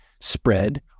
spread